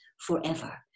forever